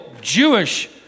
Jewish